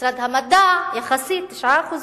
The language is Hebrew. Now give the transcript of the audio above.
משרד המדע, יחסית, 9%,